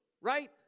right